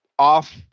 off